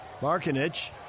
Markinich